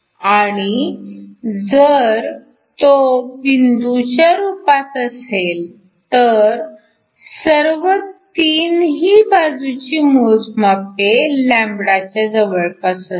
आणि जर तो बिंदूच्या रूपात असेल तर सर्व 3 ही बाजूची मोजमापे λ च्या जवळपास असतील